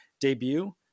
debut